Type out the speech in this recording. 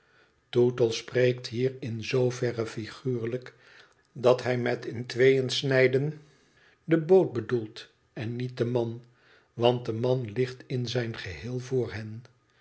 tootle spreekt hier in zooverre figuurlijk dat hij met in tweeën snijdende boot bedoelt en niet den man want de man ligt in zijn geheel voor hen